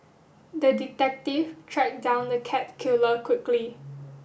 the detective tracked down the cat killer quickly